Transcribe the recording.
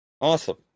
Awesome